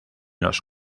los